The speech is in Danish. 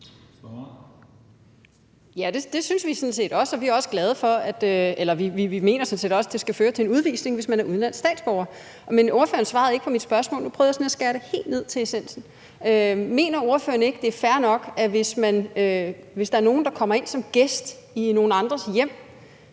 Det synes vi sådan set også, og vi mener sådan set også, at det skal føre til en udvisning, hvis man er udenlandsk statsborger. Men ordføreren svarede ikke på mit spørgsmål. Nu prøvede jeg sådan at skære det helt ind til essensen. Mener ordføreren ikke, det er fair nok, at hvis en kommer ind som gæst i nogle andres hjem